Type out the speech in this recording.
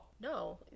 No